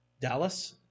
Dallas